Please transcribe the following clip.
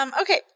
Okay